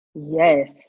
Yes